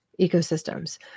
ecosystems